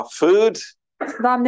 food